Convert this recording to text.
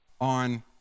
on